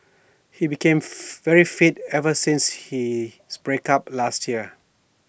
he became very fit ever since his break up last year